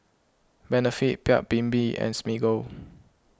Benefit Paik's Bibim and Smiggle